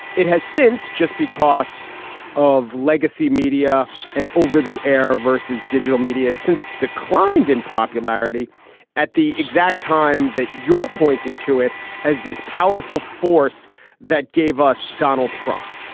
it has since just because of legacy media and over the air versus digital media has since declined in popularity at the exact time that you're pointing to it as this powerful force that gave us donald trump.